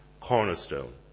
cornerstone